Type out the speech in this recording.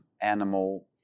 animal